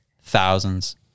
thousands